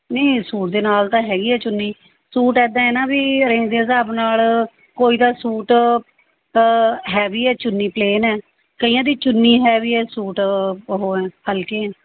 ਨਹੀਂ ਸੂਟ ਦੇ ਨਾਲ ਤਾਂ ਹੈਗੀ ਹੈ ਚੁੰਨੀ ਸੂਟ ਇੱਦਾਂ ਹੈ ਨਾ ਵੀ ਰੇਂਜ ਦੇ ਹਿਸਾਬ ਨਾਲ ਕੋਈ ਤਾਂ ਸੂਟ ਹੈਵੀ ਹੈ ਚੁੰਨੀ ਪਲੇਨ ਹੈ ਕਈਆਂ ਦੀ ਚੁੰਨੀ ਹੈਵੀ ਹੈ ਸੂਟ ਉਹ ਹੈ ਹਲਕੇ ਹੈ